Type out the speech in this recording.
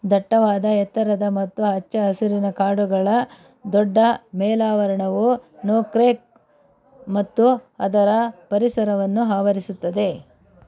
ದಟ್ಟವಾದ ಎತ್ತರದ ಮತ್ತು ಹಚ್ಚ ಹಸುರಿನ ಕಾಡುಗಳ ದೊಡ್ಡ ಮೇಲಾವರಣವು ನೋಕ್ರೆಕ್ ಮತ್ತು ಅದರ ಪರಿಸರವನ್ನು ಆವರಿಸುತ್ತದೆ